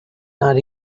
not